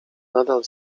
nadal